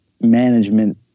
management